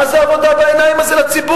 מה זה העבודה בעיניים הזאת על הציבור?